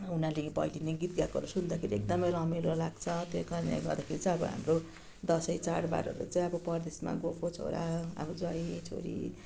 उनीहरूले भैलेनी गीत गाएकोहरू सुन्दाखेरि एकदमै रमाइलो लाग्छ त्यही कारणले गर्दाखेरि चाहिँ अब हाम्रो दसैँ चाडबाडहरू चाहिँ अब परदेशमा गएको छोरा अब ज्वाइँ छोरी